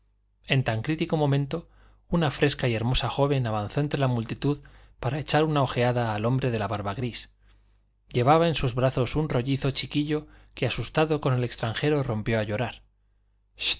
en tan crítico momento una fresca y hermosa joven avanzó entre la multitud para echar una ojeada al hombre de la barba gris llevaba en sus brazos un rollizo chiquillo que asustado con el extranjero rompió a llorar